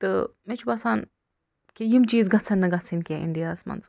تہٕ مےٚ چھُ باسان کہِ یِم چیٖز گژھَن نہٕ گژھٕنۍ کیٚنٛہہ اِنڈیا ہَس منٛز